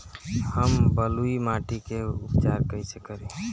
हम बलुइ माटी के उपचार कईसे करि?